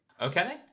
okay